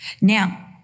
Now